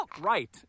right